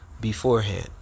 beforehand